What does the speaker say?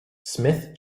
smith